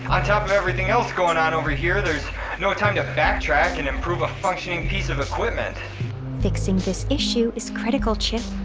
on top of everything else going on over here, there's no time to backtrack and improve a functioning piece of equipment fixing this issue is critical, chip.